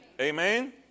Amen